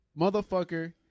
motherfucker